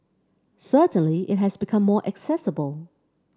certainly it has become more accessible